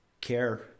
care